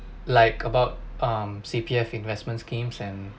like about um C_P_F investment schemes and